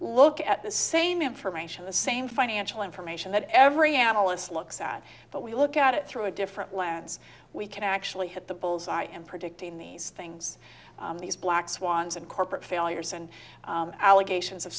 look at the same information the same financial information that every analyst looks at but we look at it through a different lands we can actually hit the bull's eye and predicting these things these black swans and corporate failures and allegations of